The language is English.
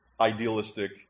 idealistic